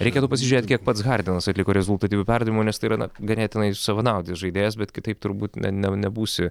reikėtų pasižiūrėt kiek pats hardinas atliko rezultatyvių perdavimų nes tai yra na ganėtinai savanaudis žaidėjas bet kitaip turbūt ne nebūsi